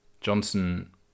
Johnson